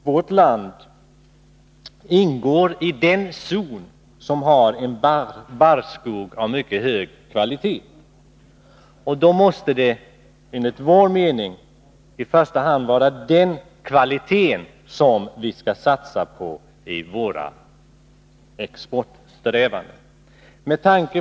Vårt land ingår i den zon som har en barrskog av mycket hög kvalitet. Då måste det enligt vår mening i första hand vara den kvaliteten som vi skall satsa på i våra exportsträvanden. Herr talman!